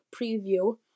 preview